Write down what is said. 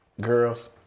Girls